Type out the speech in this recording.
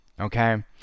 okay